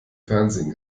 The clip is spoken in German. fernsehen